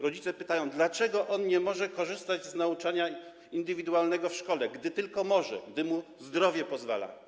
Rodzice pytają: Dlaczego on nie może korzystać z nauczania indywidualnego w szkole, gdy tylko może, gdy mu zdrowie pozwala?